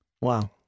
Wow